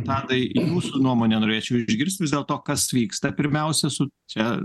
tadai jūsų nuomonę norėčiau išgirsti vis dėlto kas vyksta pirmiausia su čia